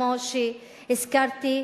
כמו שהזכרתי: